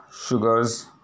sugars